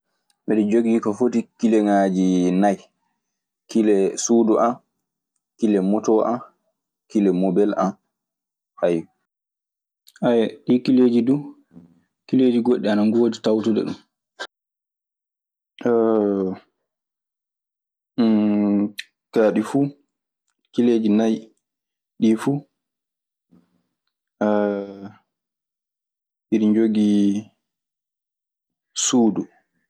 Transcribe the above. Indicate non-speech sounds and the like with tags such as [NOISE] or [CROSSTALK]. Miɗojogi ko foti kilegaji naye,. Kile suduam, kile motoam, kile mobelam, [HESITATION] [HESITATION] ka ɗi fuu celeeji nayi. Ɗi fuu [HESITATION] aɗi njogii suudu.